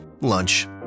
Lunch